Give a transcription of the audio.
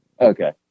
Okay